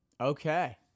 Okay